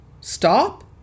stop